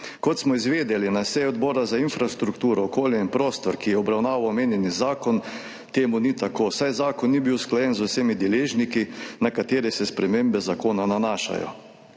Kot smo izvedeli na seji Odbora za infrastrukturo, okolje in prostor, ki je obravnaval omenjeni zakon, to ni tako, saj zakon ni bil usklajen z vsemi deležniki, na katere se spremembe zakona nanašajo.